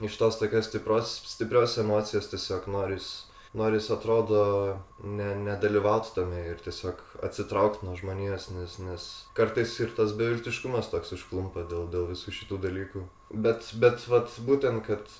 iš tos tokios stiprios stiprios emocijos tiesiog noris noris atrodo ne nedalyvauti tame ir tiesiog atsitraukt nuo žmonijos nes nes kartais ir tas beviltiškumas toks užklumpa dėl dėl visų šitų dalykų bet bet vat būtent kad